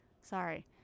Sorry